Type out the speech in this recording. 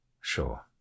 Sure